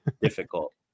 difficult